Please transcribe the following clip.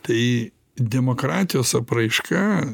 tai demokratijos apraiška